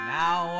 now